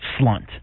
slunt